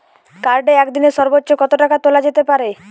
কার্ডে একদিনে সর্বোচ্চ কত টাকা তোলা যেতে পারে?